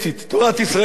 נכון, השר נאמן?